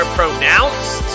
pronounced